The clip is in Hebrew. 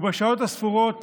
ובשעות הספורות